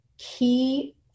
key